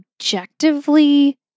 objectively